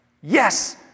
yes